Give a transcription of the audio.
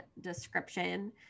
description